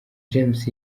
james